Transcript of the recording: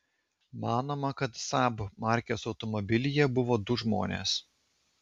manoma kad saab markės automobilyje buvo du žmonės